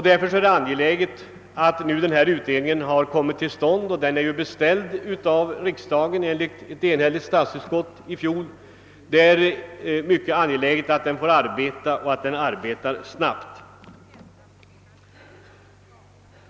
Därför är det mycket angeläget att denna utredning, som kommit till stånd på beställning av riksdagen efter ett enhälligt statsutskottsutlåtande i fjol, nu arbetar och arbetar snabbt.